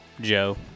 Joe